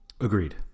Agreed